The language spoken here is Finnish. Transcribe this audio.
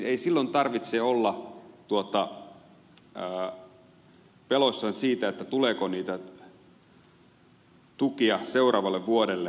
ei silloin tarvitse olla peloissaan siitä tuleeko niitä tukia seuraavalle vuodelle